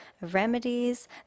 remedies